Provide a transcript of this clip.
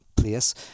place